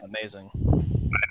amazing